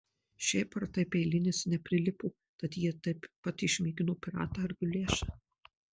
šiaip ar taip eilinis neprilipo tad jie taip pat išmėgino piratą ir guliašą